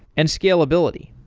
and scalability.